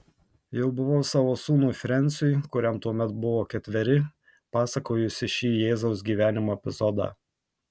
jau buvau savo sūnui frensiui kuriam tuomet buvo ketveri pasakojusi šį jėzaus gyvenimo epizodą